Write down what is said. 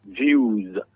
views